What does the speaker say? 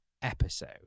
episode